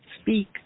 speak